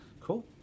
Cool